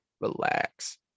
Relax